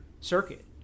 circuit